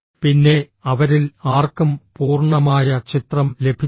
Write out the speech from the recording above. പിന്നെ അവരിൽ ആർക്കും പൂർണ്ണമായ ചിത്രം ലഭിച്ചില്ല